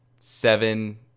seven